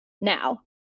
now